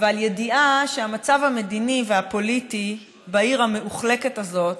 ועל ידיעה שהמצב המדיני והפוליטי בעיר המאוחלקת הזאת